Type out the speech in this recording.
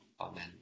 amen